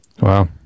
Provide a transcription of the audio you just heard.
Wow